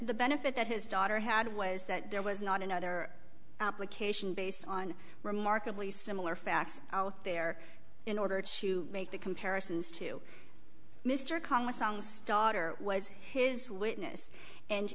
the benefit that his daughter had was that there was not another application based on remarkably similar facts out there in order to make the comparisons to mr conway songs daughter was his witness and